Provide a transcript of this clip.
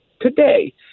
today